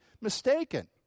mistaken